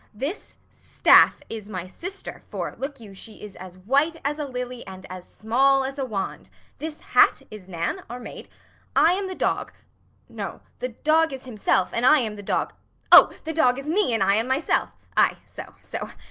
this staff is my sister, for, look you, she is as white as a lily and as small as a wand this hat is nan our maid i am the dog no, the dog is himself, and i am the dog o, the dog is me, and i am myself ay, so, so.